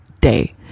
day